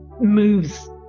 moves